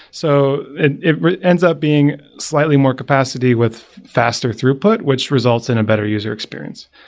so it it ends up being slightly more capacity with faster throughput which results in a better user experience.